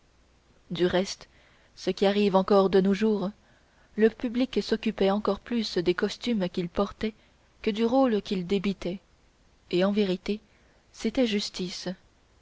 du reste ce qui arrive encore de nos jours le public s'occupait encore plus des costumes qu'ils portaient que du rôle qu'ils débitaient et en vérité c'était justice